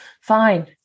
Fine